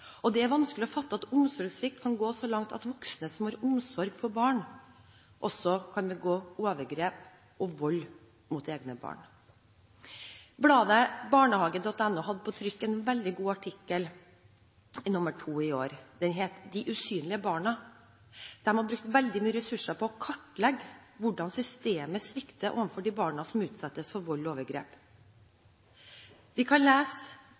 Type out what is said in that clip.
Det er vanskelig å fatte at omsorgssvikt kan gå så langt at voksne som har omsorg for barn, også kan begå overgrep og vold mot egne barn. Bladet barnehage.no nr. 2 hadde på trykk en veldig god artikkel som het De usynlige barna. De har brukt veldig mye ressurser på å kartlegge hvordan systemet svikter de barna som utsettes for vold og overgrep. I den artikkelen kan vi lese